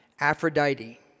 Aphrodite